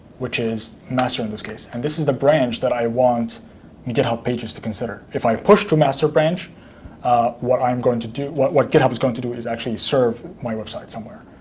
which is master, in this case, and this is the branch that i want github pages to consider. if i push to master branch what i'm going to do, what what github is going to do, is actually serve my website somewhere.